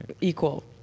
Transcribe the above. Equal